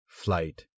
flight